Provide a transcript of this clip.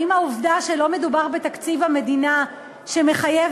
האם העובדה שלא מדובר בתקציב המדינה שמחייב